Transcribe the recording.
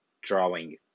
drawing